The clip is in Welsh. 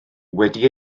wedi